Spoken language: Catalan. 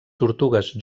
tortugues